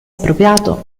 appropriato